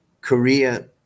Korea